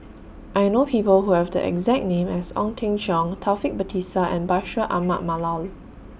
I know People Who Have The exact name as Ong Teng Cheong Taufik Batisah and Bashir Ahmad Mallal